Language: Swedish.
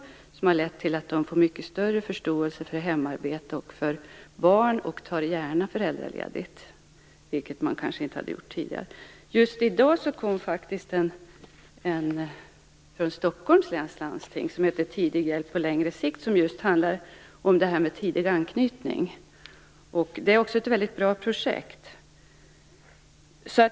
Den har lett till att papporna får större förståelse för hemarbete och barn och till att de gärna tar föräldraledigt. Det hade de kanske inte gjort tidigare. Just i dag kom något från Stockholms läns landsting som heter Tidig hjälp på längre sikt. Det handlar om det här med tidig anknytning. Detta är också ett mycket bra projekt.